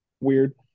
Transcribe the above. weird